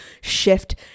shift